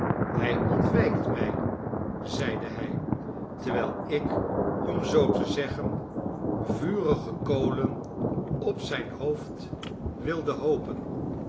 hij ontwijkt mij zeide hij terwijl ik om zoo te zeggen vurige kolen op zijn hoofd wilde hoopen